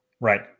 Right